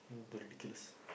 ridiculous